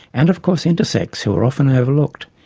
and of course intersex, who are often overlooked.